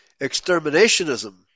exterminationism